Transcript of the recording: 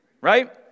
right